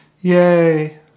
Yay